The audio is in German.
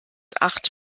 acht